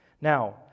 Now